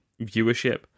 viewership